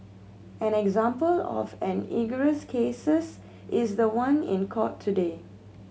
an example of an egregious cases is the one in court today